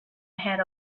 ahead